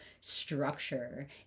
structure